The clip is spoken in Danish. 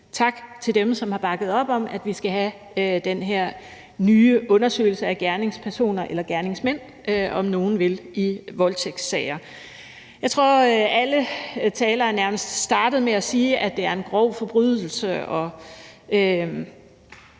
tak til dem, som har bakket op om, at vi skal have den her nye undersøgelse af gerningspersoner eller gerningsmænd, om man vil, i voldtægtssager. Jeg tror, at alle talere nærmest startede med at sige, at det er en grov forbrydelse,